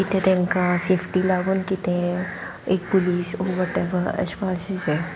कितें तांकां सेफ्टी लागून कितें एक पुलीस वॉटेवर एश कोन्न आसपा जाय